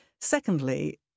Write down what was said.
Secondly